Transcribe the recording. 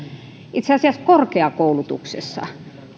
itse asiassa korkeakoulutuksessa